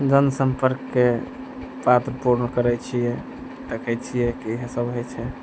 जन सम्पर्कके पात्र पूर्ण करै छियै देखै छियै की इहए सब होइ छै